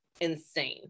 insane